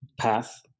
path